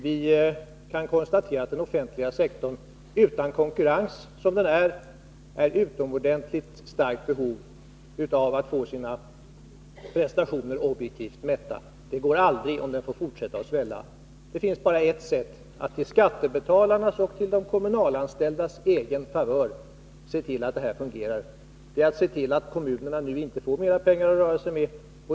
Vi kan konstatera att den offentliga sektorn, utan konkurrens som den är, har ett utomordentligt starkt behov av att få sina prestationer objektivt mätta. Det går aldrig, om den offentliga sektorn får fortsätta att svälla. Det finns bara ett sätt: Det är i skattebetalarnas — och även de kommunalanställdas — intresse att se till att kommunerna nu inte får mera pengar att röra sig med.